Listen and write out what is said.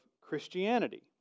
Christianity